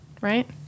right